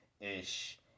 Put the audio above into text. ish